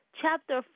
chapter